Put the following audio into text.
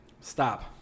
Stop